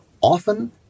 often